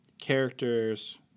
characters